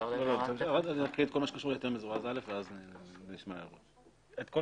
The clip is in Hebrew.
במקום